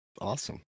awesome